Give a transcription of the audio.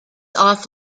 off